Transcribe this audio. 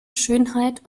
schönheit